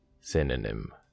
Synonym